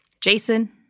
Jason